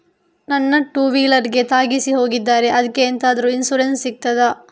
ನನ್ನ ಟೂವೀಲರ್ ಗೆ ತಾಗಿಸಿ ಹೋಗಿದ್ದಾರೆ ಅದ್ಕೆ ಎಂತಾದ್ರು ಇನ್ಸೂರೆನ್ಸ್ ಸಿಗ್ತದ?